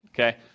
okay